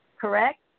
correct